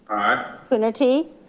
aye. coonerty.